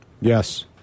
Yes